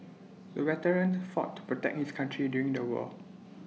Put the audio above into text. the veteran fought to protect his country during the war